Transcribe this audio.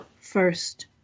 first